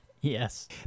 Yes